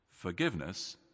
Forgiveness